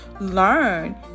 learn